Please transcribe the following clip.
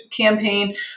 campaign